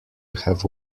have